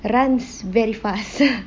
runs very fast